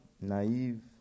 naive